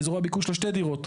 באזורי הביקוש לשתי דירות.